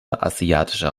asiatischer